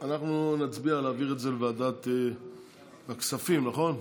אנחנו נצביע להעביר את זה לוועדת הכספים, נכון?